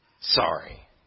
Sorry